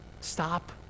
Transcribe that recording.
Stop